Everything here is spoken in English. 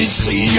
see